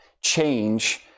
change